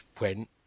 went